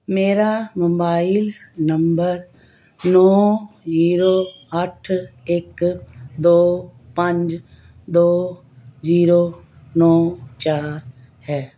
ਮੇਰਾ mobile number ਨੌਂ zero ਅੱਠ ਇੱਕ ਦੋ ਪੰਜ ਦੋ ਜੀਰੋ ਨੌਂ ਚਾਰ ਹੈ